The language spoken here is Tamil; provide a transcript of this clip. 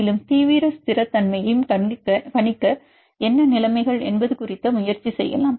மேலும் தீவிர ஸ்திரத்தன்மையையும் கணிக்க என்ன நிலைமைகள் என்பது குறித்த முயற்சி செய்யலாம்